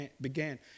began